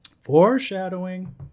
Foreshadowing